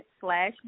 slash